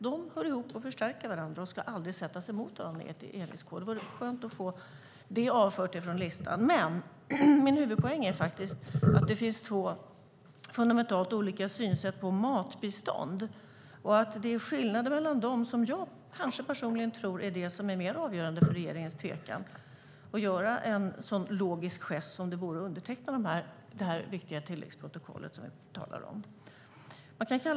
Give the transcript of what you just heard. De hör ihop och förstärker varandra och ska aldrig sättas emot varandra. Det vore skönt att få avfärda dem från listan. Min huvudpoäng är att det finns två fundamentalt olika synsätt på matbistånd. Det är skillnaden mellan dem som jag tror är mer avgörande för regeringens tvekan att göra en sådan logisk gest som det vore att underteckna det viktiga tilläggsprotokollet.